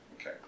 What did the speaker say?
Okay